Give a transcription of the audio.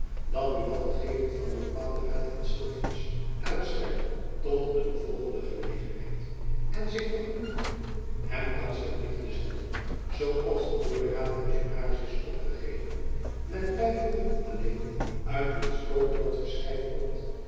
dat buat het geven van een bepaalden raad aan sylvius uitstelde tot een volgende gelegenheid en zich vergenoegde hem thands den brief te zenden zoo als die door den raadpensionaris is opgegeven met byvoeging alleen uit wiens koker dat geschrijf komt